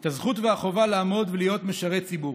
הזכות והחובה לעמוד ולהיות משרת ציבור.